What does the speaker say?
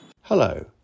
Hello